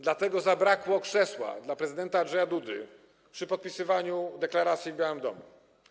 Dlatego zabrakło krzesła dla prezydenta Andrzeja Dudy przy podpisywaniu deklaracji w Białym Domu.